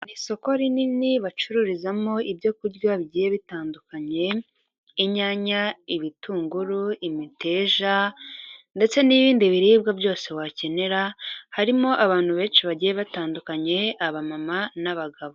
Ni isoko rinini bacururizamo ibyo kurya bigiye bitandukanye, inyanya, ibitunguru, imiteja ndetse n'ibindi biribwa byose wakenera, harimo abantu benshi bagiye batandukanye, abamama n'abagabo.